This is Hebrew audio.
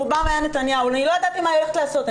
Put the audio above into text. ברובם היה נתניהו אני לא ידעתי מה היא הולכת לעשות,